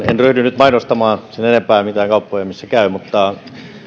en ryhdy nyt mainostamaan sen enempää mitään kauppoja missä käyn mutta